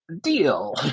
deal